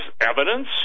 evidence